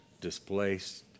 displaced